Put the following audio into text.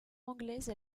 anglaise